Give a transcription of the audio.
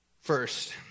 First